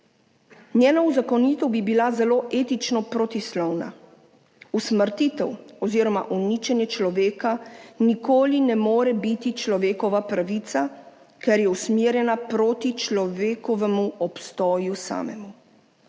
Njena uzakonitev bi bila zelo etično protislovna. Usmrtitev oziroma uničenje človeka nikoli ne more biti človekova pravica, ker je usmerjena proti človekovemu obstoju samemu.